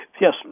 Yes